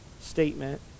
statement